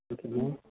okay ma'am